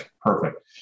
Perfect